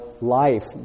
life